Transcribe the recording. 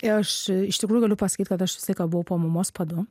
aš iš tikrųjų galiu pasakyt kad aš visą laiką po mamos padu